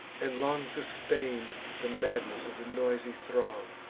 and long sustain'd the madness of the noisy throng.